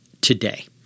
today